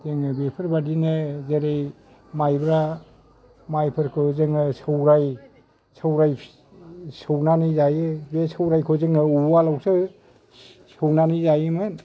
जोङो बेफोर बायदिनो जेरै माइब्रा माइफोरखौ जोङो सौवराय सौवराय सौनानै जायो बे सौवरायखौ जोङो उवालावसो सौवनानै जायोमोन